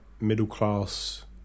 middle-class